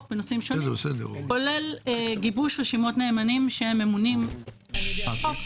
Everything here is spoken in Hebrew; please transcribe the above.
בנושאים שונים כולל גיבוש רשימות נאמנים שממונים על-ידי החוק.